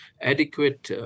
adequate